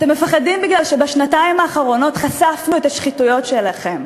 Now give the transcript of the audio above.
אתם מפחדים מפני שבשנתיים האחרונות חשפנו את השחיתויות שלכם.